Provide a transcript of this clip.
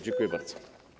Dziękuję bardzo.